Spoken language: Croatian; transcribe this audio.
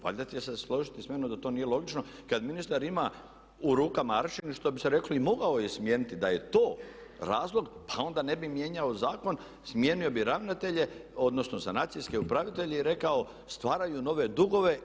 Valjda ćete se složiti sa mnom da to nije logično kad ministar ima u rukama aršin što bi se reklo i mogao je smijeniti da je to razlog pa onda ne bi mijenjao zakon, smijenio bi ravnatelje odnosno sanacijske upravitelje i rekao stvaraju nove dugove.